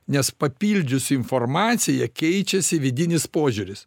nes papildžius informaciją keičiasi vidinis požiūris